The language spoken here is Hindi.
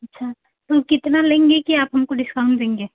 अच्छा तो कितना लेंगे कि आप हमको डिस्काउन्ट देंगे